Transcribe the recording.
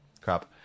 crap